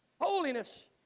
holiness